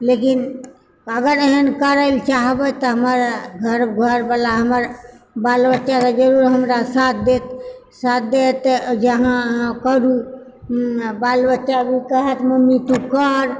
लेकिन अगर एहन करए लऽ चाहबै तऽ हमर घर घरबला हमर बाल बच्चा जरूर हमरा साथ देत साथ देत जे अहाँ अहाँ करू बाल बच्चा ओ कहै तऽ मम्मी तू कर